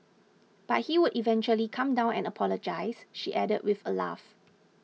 but he would eventually calm down and apologise she added with a laugh